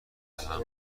دهم